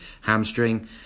hamstring